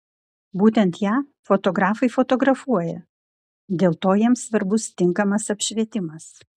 būtent ją fotografai fotografuoja dėl to jiems svarbus tinkamas apšvietimas